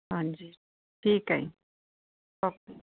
ਹਾਂਜੀ ਠੀਕ ਹੈ ਜੀ ਓਕੇ